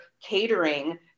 catering